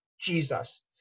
Jesus